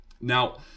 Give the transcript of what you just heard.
Now